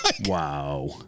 Wow